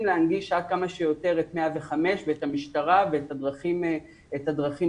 להנגיש עד כמה שיותר את 105 ואת המשטרה ואת הדרכים הללו.